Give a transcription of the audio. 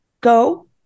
go